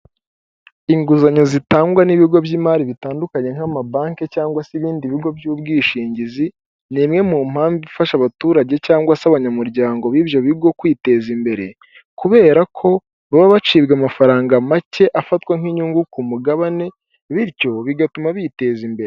Inguzanyo zitangwa n'ibigo by'imari bitandukanye nk'amabanki cyangwa se ibindi bigo by'ubwishingizi, ni imwe mu mpamvu ifasha abaturage cyangwa se abanyamuryango b'ibyo bigo kwiteza imbere kubera ko baba bacibwa amafaranga make afatwa nk'inyungu ku mugabane bityo bigatuma biteza imbere.